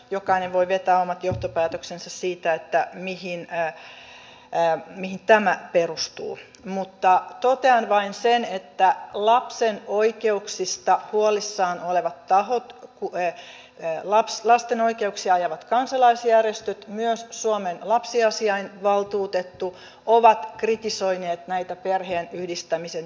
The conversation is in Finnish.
jokainen voi vetää omat johtopäätöksensä siitä mihin tämä perustuu mutta totean vain sen että lapsen oikeuksista huolissaan olevat tahot lasten oikeuksia ajavat kansalaisjärjestöt myös suomen lapsiasiavaltuutettu ovat kritisoineet näitä perheenyhdistämisen tiukennuksia